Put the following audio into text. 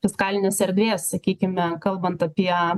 fiskalinės erdvės sakykime kalbant apie